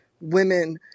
women